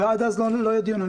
ועד אז לא יהיה דיון.